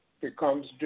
becomes